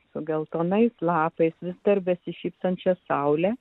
su geltonais lapais vis dar besišypsančia saule